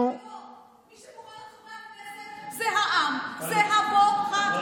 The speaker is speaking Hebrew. מי שקובע את חברי הכנסת זה העם, זה הבוחרים.